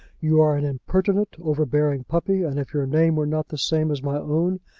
you are an impertinent, overbearing puppy, and if your name were not the same as my own,